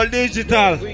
digital